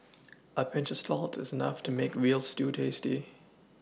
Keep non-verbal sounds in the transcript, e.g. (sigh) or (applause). (noise) a Pinch of salt is enough to make a veal stew tasty